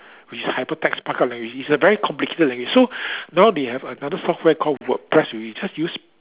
which is a hypertext markup language it's a very complicated language so now they have another software called WordPress only just use